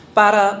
para